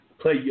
play